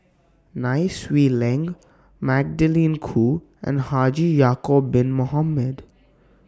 Nai Swee Leng Magdalene Khoo and Haji Ya'Acob Bin Mohamed